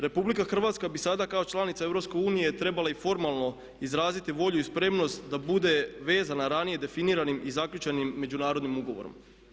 RH bi sada kao članica EU trebala i formalno izraziti volju i spremnost da bude vezana ranije definiranim i zaključenim međunarodnim ugovorom.